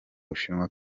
bushinwa